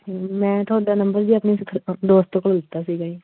ਮੈਂ ਤੁਹਾਡਾ ਨੰਬਰ ਜੀ ਆਪਣੇ ਦੋਸਤ ਕੋਲੋਂ ਲਿੱਤਾ ਸੀਗਾ ਜੀ